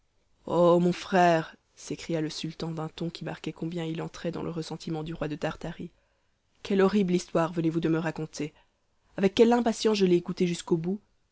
ô mon frère s'écria le sultan d'un ton qui marquait combien il entrait dans le ressentiment du roi de tartarie quelle horrible histoire venezvous de me raconter avec quelle impatience je l'ai écoutée jusqu'au bout